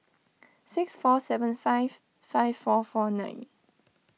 six four seven five five four four nine